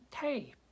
hey